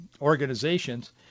Organizations